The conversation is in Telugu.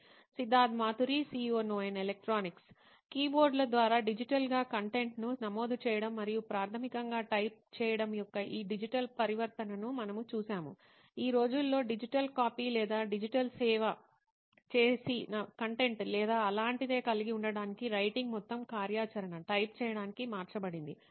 సిద్ధార్థ్ మాతురి CEO నోయిన్ ఎలక్ట్రానిక్స్ కీబోర్డుల ద్వారా డిజిటల్గా కంటెంట్ను నమోదు చేయడం మరియు ప్రాథమికంగా టైప్ చేయడం యొక్క ఈ డిజిటల్ పరివర్తనను మనము చూశాము ఈ రోజుల్లో డిజిటల్ కాపీ లేదా డిజిటల్ సేవ్ చేసిన కంటెంట్ లేదా అలాంటిదే కలిగి ఉండటానికి రైటింగ్ మొత్తం కార్యాచరణ టైప్ చేయడానికి మార్చబడింది